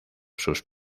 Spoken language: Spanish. sus